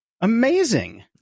Amazing